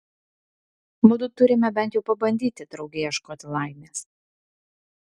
mudu turime bent jau pabandyti drauge ieškoti laimės